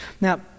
Now